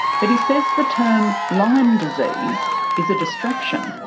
but he says the term lyme disease is a distraction.